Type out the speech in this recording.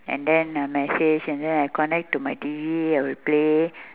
and then uh message and then I connect to my T_V I will play